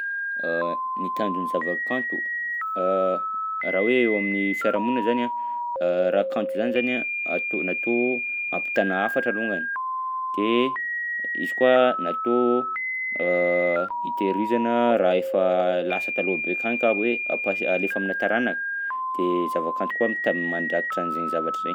Ny tanjon'ny zavakanto raha hoe eo amin'ny fiarahamonina zany a raha kanto zany zany a ato- natao hampitana hafatra alongany de izy koa natao itehirizana raha efa lasa taloha be akany ka hoe apasy alefa aminà taranaka, de zavakanto koa mita- mandrankitra an'zainy zavatra zay.